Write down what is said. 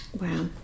Wow